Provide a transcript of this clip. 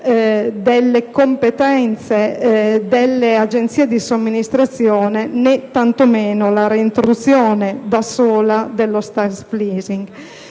delle competenze delle agenzie di somministrazione, né, tanto meno, la reintroduzione da sola dello *staff* *leasing*.